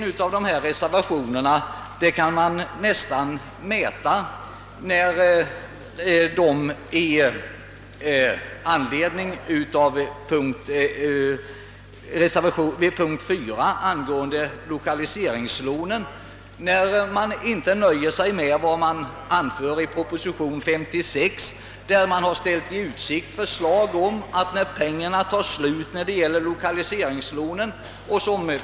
I reservationerna till punkt 4 angåenide lokaliseringslånen nöjer man sig inte med vad som anförs i proposition nr 56, där det ställs i utsikt förslag om att det skall komma nya pengar när pengarna till lokaliseringslånen tar slut.